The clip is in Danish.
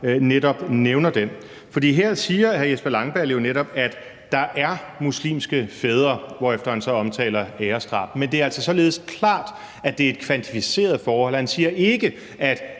netop nævner den. For her siger hr. Jesper Langballe jo netop, at der er muslimske fædre, hvorefter han så omtaler æresdrab, men det er altså således klart, at det er et kvantificeret forhold. Han siger ikke, at